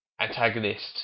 antagonist